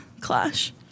clash